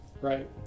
right